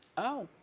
oh.